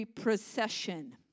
procession